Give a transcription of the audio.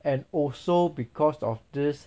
and also because of this